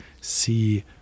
see